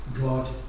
God